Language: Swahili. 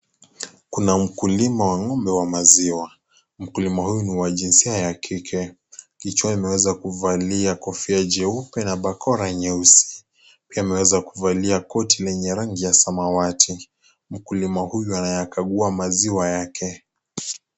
Kuna mkulima wa ngombe wa maziwa, mkulima huyu ni wa jinsia ya kike, kichwani ameweza kuvalia kofia jeupe na bakora nyeusi pia ameweza kuvalia koti lenye rangi ya samawati. Mkulima huyu anayakagua maziwa yake.